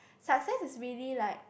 success is really like